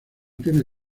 tiene